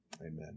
Amen